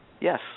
Yes